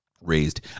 raised